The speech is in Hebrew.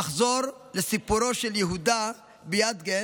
אחזור לסיפורו של יהודה ביאדגה,